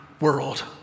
world